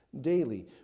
daily